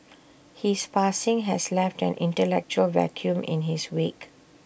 his passing has left an intellectual vacuum in his wake